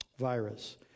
virus